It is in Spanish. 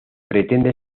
pretende